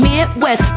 Midwest